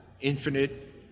infinite